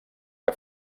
que